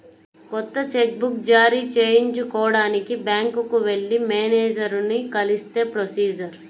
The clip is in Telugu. కొత్త చెక్ బుక్ జారీ చేయించుకోడానికి బ్యాంకుకి వెళ్లి మేనేజరుని కలిస్తే ప్రొసీజర్